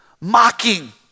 Mocking